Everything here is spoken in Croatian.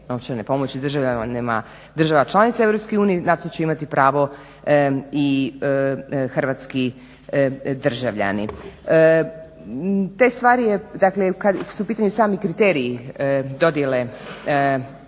novčane pomoći državljanima država članica Europske unije, na to će imati pravo i hrvatski državljani. Te stvari je, dakle kada su u pitanju sami kriteriji dodjele